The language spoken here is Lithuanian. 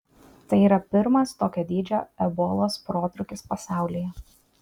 tai yra pirmas tokio dydžio ebolos protrūkis pasaulyje